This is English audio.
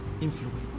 influence